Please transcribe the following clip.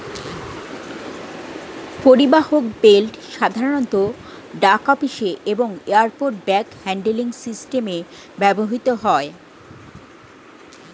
পরিবাহক বেল্ট সাধারণত ডাক অফিসে এবং এয়ারপোর্ট ব্যাগ হ্যান্ডলিং সিস্টেমে ব্যবহৃত হয়